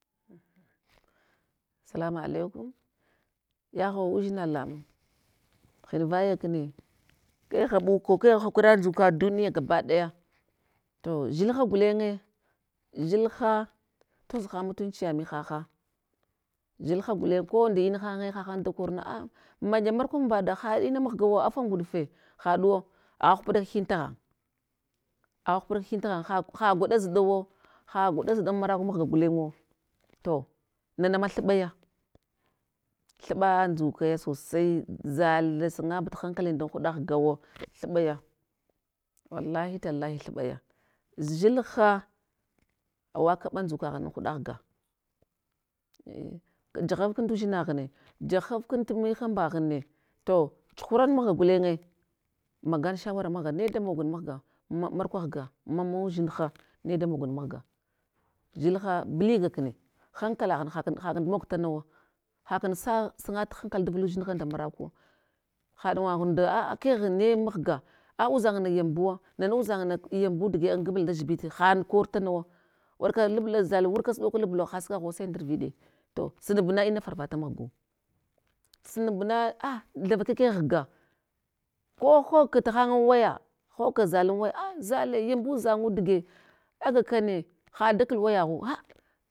Salama alaikum yaghawa udzina lamung hin vaya kne, kegh ghaɗuko, kegh hakuri ya ndzuka duniya gabadaya, to dzilha gulenye, dzilha tozhan mutunchiya mihaha dzilha gulen ko nda ina hanye hahanda korna a maga murkwambaɗa ha ina mah gawo afa nguɗfe haɗuwo, agha hupaɗaka hin taghan, agha hupaɗakahin markwa mahga gulenwo, to nana ma thuɓaya, thuɗa ndzuke sosai zal nda masanga mbata hankalin dan huɗa ghgawo thubaya wallahi tallahi thuɓaya, dzilha awa kaɓa ndzukaghunan huɗa ghga ne ɗahafkun tu dzina hunne, tahafkun ti mihamba ghne, ti chuhuramun gulenye, magal shawara mahga ne da mogal mahga ma markwaghga, mamawu dzinha ne da mogul mahga, dzilha bliga kne hankalghan hakan hakun tumog tana wo, hakan sa sangat hankal davulu dzinha nda makarakuwo, haɗagwaghun nda aa kegh ne mahga, a udzangna yan buwa, nane udzanna yanbu diga an gomblal dan dzibiti haɗal kortanawa warka labla zal warka suɗok labla hasukwaghuwa sai ndarviɗe to sunab na ina faravata mahgau. Sunub na ah lava kakeghi ghga, ko hogka tahariye an waya, hogka zalanwaya, a zale yan budzanu dige, agakane hada kal waya ghu, han